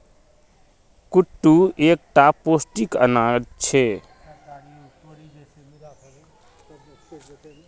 कुट्टू एक टा पौष्टिक अनाज छे